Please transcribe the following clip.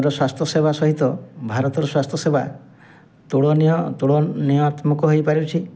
ର ସ୍ୱାସ୍ଥ୍ୟ ସେବା ସହିତ ଭାରତର ସ୍ୱାସ୍ଥ୍ୟ ସେବା ତୁଳନୀୟ ତୁଳନୀୟତ୍ମାକ ହେଇପାରୁଛି